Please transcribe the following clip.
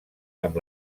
amb